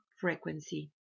frequency